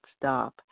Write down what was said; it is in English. stop